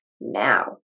now